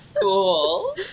cool